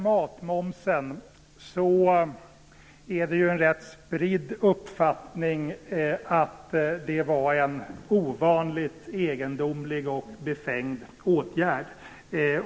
Matmomsen var, det är en rätt spridd uppfattning, en ovanligt egendomlig och befängd åtgärd.